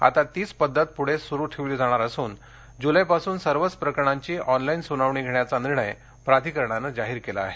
आता तीच पद्धत पुढे सुरु ठेवली जाणार असून जुलैपासून सर्वच प्रकरणांची ऑनलाईन सुनावणी घेण्याचा निर्णय प्राधिकरणाने जाहीर केला आहे